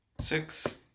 six